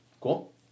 Cool